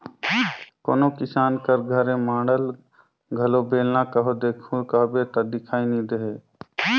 कोनो किसान कर घरे माढ़ल घलो बेलना कहो देखहू कहबे ता दिखई नी देहे